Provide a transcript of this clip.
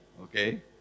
okay